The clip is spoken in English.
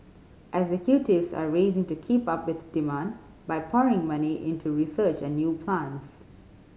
executives are racing to keep up with demand by pouring money into research and new plants